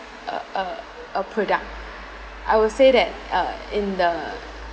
a a a product I will say that uh in the